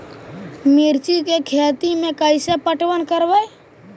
मिर्ची के खेति में कैसे पटवन करवय?